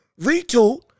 retool